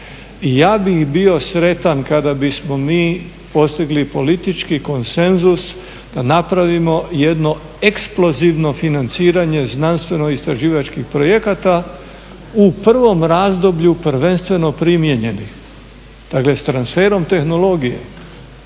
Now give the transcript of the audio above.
Ja bih bio sretan kada bismo mi postigli politički konsenzus da napravimo jedno eksplozivno financiranje znanstveno-istraživačkih projekata u prvom razdoblju prvenstveno primijenjenih. Dakle, s transferom tehnologije